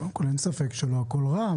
קודם כל אין ספק שלא הכול רע,